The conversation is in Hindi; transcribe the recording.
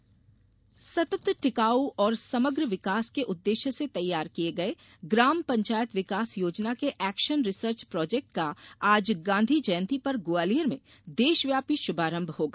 पंचायत योजना सतत टिकाउ और समग्र विकास के उद्वेश्य से तैयार किये गये ग्राम पंचायत विकास योजना के एक्शन रिसर्च प्रोजेक्ट का आज गांधी जयंती पर ग्वालियर में देशव्यापी श्रभारंभ होगा